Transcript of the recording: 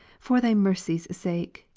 for thy mercies' sake,